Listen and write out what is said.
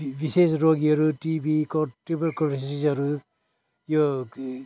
विशेष रोगीहरू टिवी ट्युबरकुलेसिसहरू यो